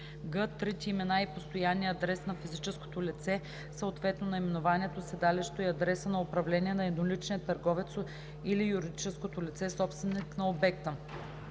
г) трите имена и постоянния адрес на физическото лице, съответно наименованието, седалището и адреса на управление на едноличния търговец или юридическото лице – собственик на обекта,